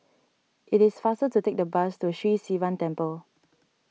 it is faster to take the bus to Sri Sivan Temple